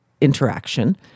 interaction